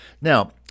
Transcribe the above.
Now